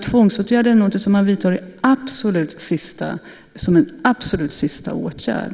Tvångsåtgärder är någonting som man vidtar som en absolut sista åtgärd.